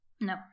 No